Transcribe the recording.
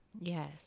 Yes